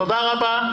תודה רבה.